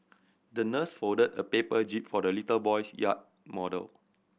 the nurse folded a paper jib for the little boy's yacht model